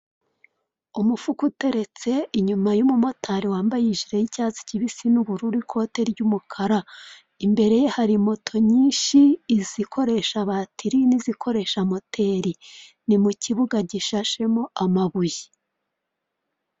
Ikizu k'igaraje gifite igisenge gikozwe mu byuma ndetse ririho amatara atanga urumuri rw'umweru rugaragaramo imodoka ebyiri, imwe yateruwe n'indi iri hasi hafi y'ibyuma bishinze.